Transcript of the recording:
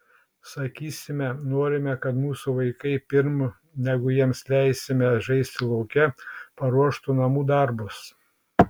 sakysime norime kad mūsų vaikai pirm negu jiems leisime žaisti lauke paruoštų namų darbus